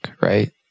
right